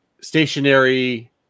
stationary